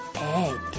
egg